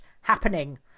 happening